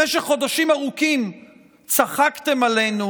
במשך חודשים ארוכים צחקתם עלינו,